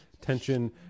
tension